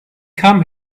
come